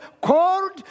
called